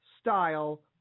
style